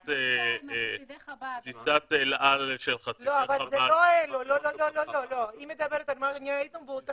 טיסת אל-על של -- לא, לא, היא מדברת אותו סיור.